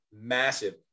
massive